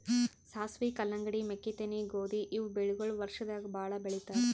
ಸಾಸ್ವಿ, ಕಲ್ಲಂಗಡಿ, ಮೆಕ್ಕಿತೆನಿ, ಗೋಧಿ ಇವ್ ಬೆಳಿಗೊಳ್ ವರ್ಷದಾಗ್ ಭಾಳ್ ಬೆಳಿತಾರ್